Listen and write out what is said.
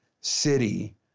city